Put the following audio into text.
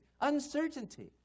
Uncertainty